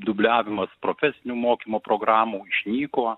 dubliavimas profesinio mokymo programų išnyko